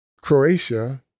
Croatia